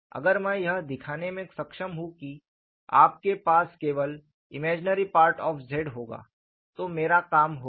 अगर मैं यह दिखाने में सक्षम हूं कि आपके पास केवल इमेजिनरी पार्ट ऑफ़ Z होगा तो मेरा काम हो गया